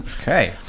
okay